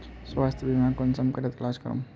स्वास्थ्य बीमा कुंसम करे तलाश करूम?